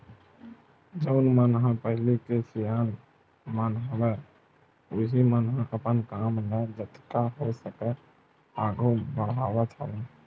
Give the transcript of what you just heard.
जउन मन ह पहिली के सियान मन हवय उहीं मन ह अपन काम ल जतका हो सकय आघू बड़हावत हवय